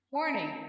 Warning